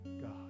God